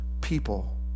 people